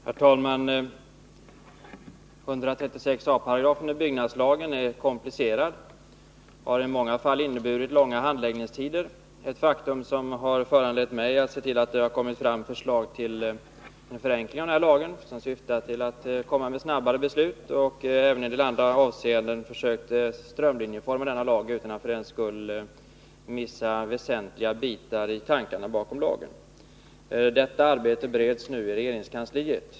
Herr talman! 136 a § byggnadslagen är komplicerad och har i många fall inneburit att det blivit långa handläggningstider, ett faktum som har föranlett migatt se till att det lagts fram förslag till förenkling av lagen. Förslaget syftar till att möjliggöra snabbare beslut, och man försöker att även i en del andra avseenden strömlinjeforma lagen utan att för den skull missa väsentliga bitar i tankarna bakom den. Denna beredning pågår nu i regeringskansliet.